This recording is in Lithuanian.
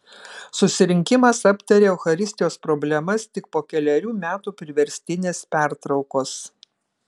susirinkimas aptarė eucharistijos problemas tik po kelerių metų priverstinės pertraukos